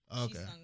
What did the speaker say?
Okay